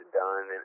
done